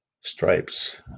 stripes